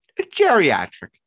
Geriatric